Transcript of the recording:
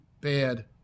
bad